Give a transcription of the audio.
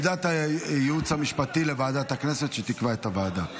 עמדת הייעוץ המשפטי: לוועדת הכנסת והיא שתקבע את הוועדה.